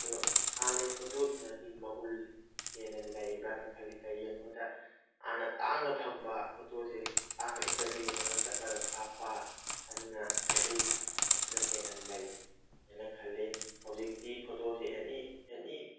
ꯑꯗꯣ ꯍꯥꯟꯅꯩ ꯐꯣꯇꯣꯗꯨꯅꯗꯤ ꯃꯒꯨꯜ ꯍꯦꯟꯅ ꯂꯩꯕ꯭ꯔꯅ ꯈꯜꯂꯤ ꯀꯩꯒꯤꯅꯣꯗ ꯍꯥꯟꯅ ꯇꯥꯡꯅ ꯐꯪꯕ ꯐꯣꯇꯣꯁꯦ ꯇꯥꯡꯅ ꯏꯁꯇꯗꯤꯌꯣꯗꯒ ꯆꯠꯂꯒ ꯀꯥꯞꯄ ꯑꯗꯨꯅ ꯚꯦꯂꯨꯗꯨ ꯑꯗꯨꯅ ꯍꯦꯟꯅ ꯂꯩ ꯍꯥꯏꯅ ꯈꯜꯂꯤ ꯍꯧꯖꯤꯛꯇꯤ ꯐꯣꯇꯣꯁꯤ ꯑꯦꯅꯤ ꯑꯦꯅꯤ